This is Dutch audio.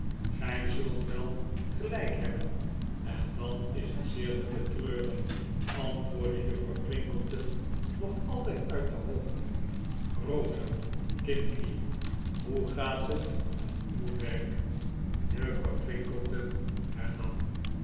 gy zult wel gelyk heb ben en dan is het zeer te betreuren antwoordde juffrouw twinkleton nog altyd uit de hoogte bosa kindlief hoe gaat het met uw werk juffrouw twinkleton